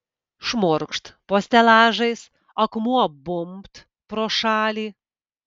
šmurkšt po stelažais akmuo bumbt pro šalį